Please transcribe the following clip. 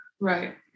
Right